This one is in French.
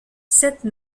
cette